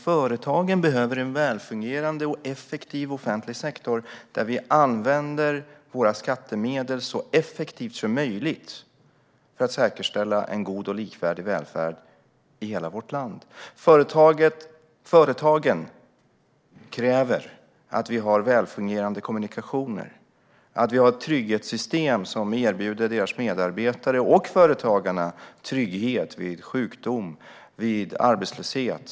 Företagen behöver en välfungerande och effektiv offentlig sektor där vi använder våra skattemedel så effektivt som möjligt för att säkerställa en god och likvärdig välfärd i hela vårt land. Företagen kräver att vi har välfungerande kommunikationer och ett trygghetssystem som erbjuder företagarna och deras medarbetare trygghet vid sjukdom och arbetslöshet.